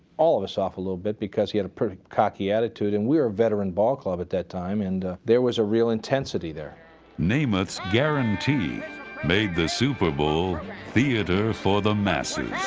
all of us off a little bit because he had a cocky attitude. and we were a veteran ballclub at that time. and there was a real intensity there. narrator namath's guarantee made the super bowl theater for the masses.